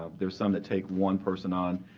ah there are some that take one person on,